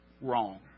wrong